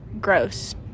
gross